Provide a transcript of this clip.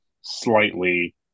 slightly